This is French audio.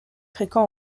fréquent